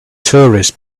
tourists